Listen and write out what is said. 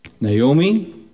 Naomi